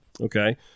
okay